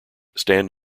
stand